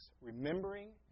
Remembering